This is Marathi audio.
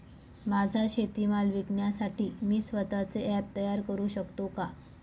माझा शेतीमाल विकण्यासाठी मी स्वत:चे ॲप तयार करु शकतो का?